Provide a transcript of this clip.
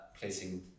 placing